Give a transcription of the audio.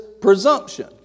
presumption